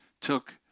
took